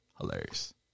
Hilarious